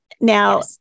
Now